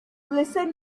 listen